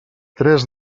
tres